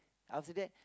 after that